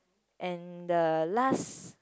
and the last